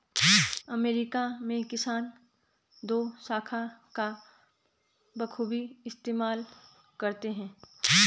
America में किसान दोशाखा का बखूबी इस्तेमाल करते हैं